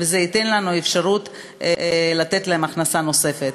וזה ייתן לנו אפשרות לתת להם הכנסה נוספת.